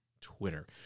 Twitter